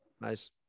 nice